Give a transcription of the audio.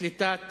לקליטת